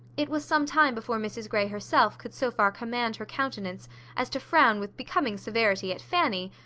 it was some time before mrs grey herself could so far command her countenance as to frown with becoming severity at fanny,